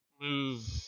move